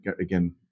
again